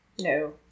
No